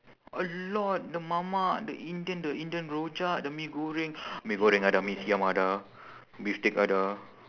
a lot the mamak the indian the indian rojak the mee goreng mee goreng ada mee siam ada bistik ada